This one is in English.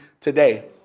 today